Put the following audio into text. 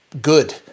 good